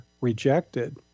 rejected